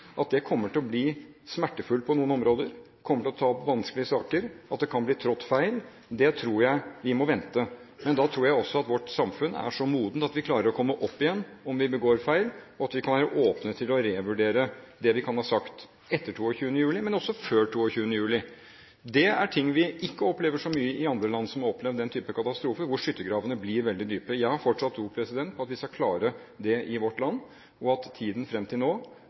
At det kommer til å bli smertefullt på noen områder, at vi kommer til å ta opp vanskelige saker, at det kan bli trådt feil, tror jeg vi må vente. Men da tror jeg også at vårt samfunn er så modent at vi klarer å komme opp igjen om vi begår feil, og at vi kan være åpne for å revurdere det vi kan ha sagt – etter 22. juli, men også før 22. juli. Det er ting vi ikke opplever så mye i andre land som har opplevd den typen katastrofer, hvor skyttergravene blir veldig dype. Jeg har fortsatt tro på at vi skal klare det i vårt land, og at tiden fram til nå